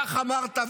כך אמרת.